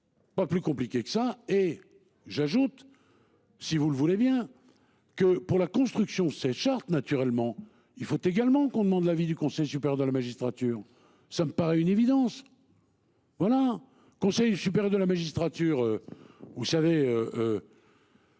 Pas plus compliqué que ça et j'ajoute. Si vous le voulez bien. Que pour la construction ces chartes naturellement il faut également qu'on demande l'avis du Conseil supérieur de la magistrature. Ça me paraît une évidence. Voilà. Conseil supérieur de la magistrature. Vous savez.